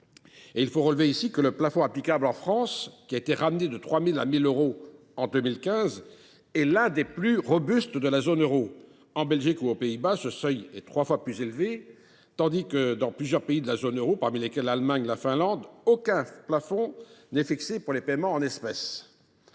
Il faut relever ici que le plafond applicable en France, qui a été ramené de 3 000 à 1 000 euros en 2015, est l’un des plus robustes de la zone euro. En Belgique ou aux Pays Bas, ce seuil est trois fois plus élevé, tandis que dans plusieurs pays de la zone euro, parmi lesquels figurent l’Allemagne et la Finlande, aucun plafond n’est fixé pour les paiements en espèces.